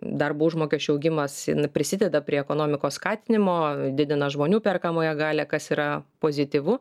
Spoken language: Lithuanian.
darbo užmokesčio augimas prisideda prie ekonomikos skatinimo didina žmonių perkamąją galią kas yra pozityvu